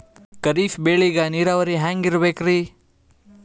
ಖರೀಫ್ ಬೇಳಿಗ ನೀರಾವರಿ ಹ್ಯಾಂಗ್ ಇರ್ಬೇಕರಿ?